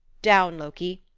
down, loki,